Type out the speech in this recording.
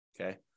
Okay